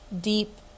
deep